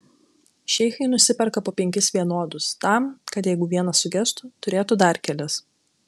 šeichai nusiperka po penkis vienodus tam kad jeigu vienas sugestų turėtų dar kelis